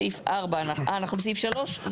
בסעיף 4. אנחנו בסעיף 3?